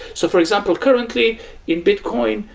so for example, currently in bitcoin,